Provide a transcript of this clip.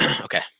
okay